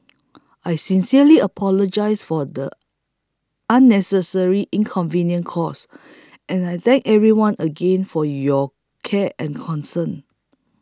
I sincerely apologise for the unnecessary inconveniences caused and I thank everyone again for your care and concern